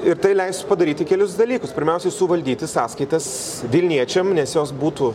ir tai leis padaryti kelis dalykus pirmiausiai suvaldyti sąskaitas vilniečiam nes jos būtų